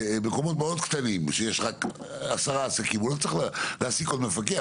במקומות קטנים שבהם יש רק 10 עסקים הוא לא צריך להעסיק עוד מפקח,